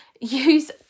use